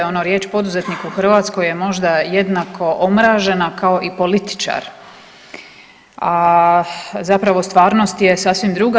Ono riječ poduzetnik u Hrvatskoj je možda jednako omražena kao i političar, a zapravo stvarnost je sasvim druga.